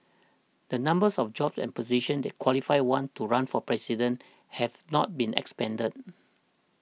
the numbers of jobs and positions that qualify one to run for President have not been expanded